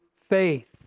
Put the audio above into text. faith